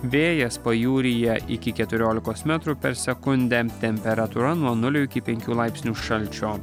vėjas pajūryje iki keturiolikos metrų per sekundę temperatūra nuo nulio iki penkių laipsnių šalčio